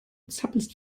zappelst